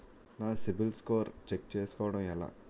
నా సిబిఐఎల్ స్కోర్ చుస్కోవడం ఎలా?